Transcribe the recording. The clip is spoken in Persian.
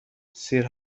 سیر